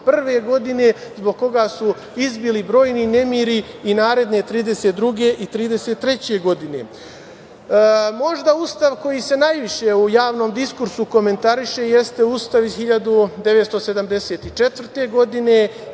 godine, zbog koga su izbili brojni nemiri i naredne 1932. i 1933. godine. Možda Ustav koji se najviše u javnom diskursu komentariše jeste Ustav iz 1974. godine.